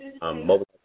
mobile